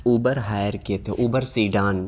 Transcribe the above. Uber hire کیے تھے Uber سی Dawn